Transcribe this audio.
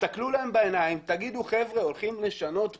תסתכלו להם בעיניים, תגידו שהולכים לשנות כאן.